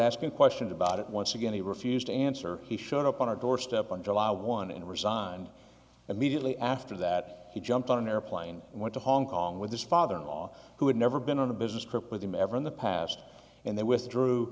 asking questions about it once again he refused to answer he showed up on our doorstep on july one and resigned immediately after that he jumped on an airplane and went to hong kong with his father in law who had never been on a business trip with him ever in the past and they withdrew